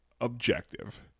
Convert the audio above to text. objective